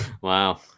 Wow